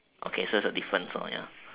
okay so there's a difference over here ya